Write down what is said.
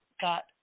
got